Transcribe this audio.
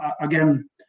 again